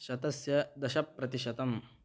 शतस्य दशप्रतिशतम्